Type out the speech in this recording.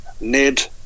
Ned